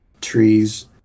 trees